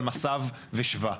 על מס"ב ושב"א.